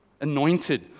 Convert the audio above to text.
anointed